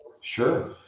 Sure